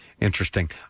Interesting